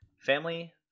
Family